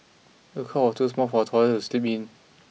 the cot was too small for the toddler to sleep in